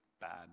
bad